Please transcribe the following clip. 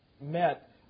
met